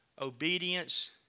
obedience